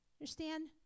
understand